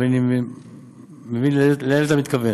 ואני מבין שלאלה אתה מתכוון,